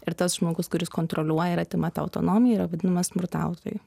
ir tas žmogus kuris kontroliuoja ir atima tą autonomiją yra vadinamas smurtautoju